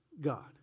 God